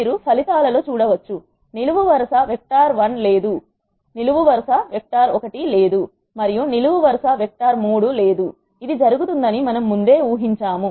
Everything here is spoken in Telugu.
మీరు ఫలితాలలో చూడవచ్చు నిలువు వరస వెక్టార్ 1 లేదు మరియు నిలువు వరస వెక్టార్ 3 లేదు ఇది జరుగుతుందని మనము ముందే ఊహించాము